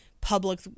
public